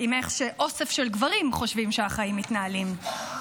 עם איך שאוסף של גברים חושבים שהחיים מתנהלים.